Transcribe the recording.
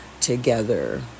together